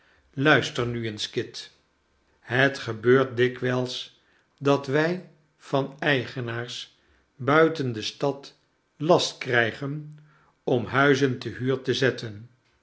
luister nu eens kit het gebeurt dikwijls dat wij van eigenaars buiten de stad last krijgen om huizen te huur te zetten